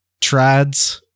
trads